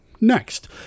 next